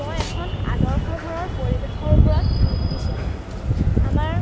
মই এখন আদৰ্শ ঘৰৰ পৰিৱেশৰ ওপৰত নি দিছিলোঁ আমাৰ